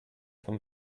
vom